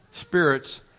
spirits